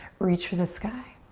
reach for the sky.